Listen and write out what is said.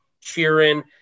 cheering